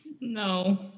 No